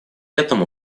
этому